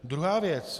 Druhá věc.